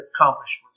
accomplishments